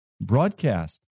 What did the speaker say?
broadcast